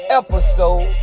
episode